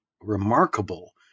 remarkable